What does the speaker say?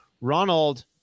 Ronald